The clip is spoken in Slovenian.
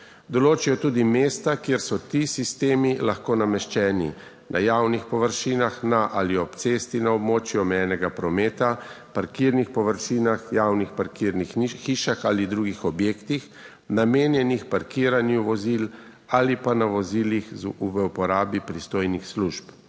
Določijo tudi mesta, kjer so ti sistemi lahko nameščeni na javnih površinah, na ali ob cesti, na območju omejenega prometa, parkirnih površinah, javnih parkirnih hišah ali drugih objektih namenjenih parkiranju vozil, ali pa na vozilih v uporabi pristojnih služb.